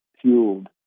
fueled